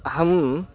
अहम्